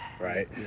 right